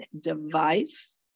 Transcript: device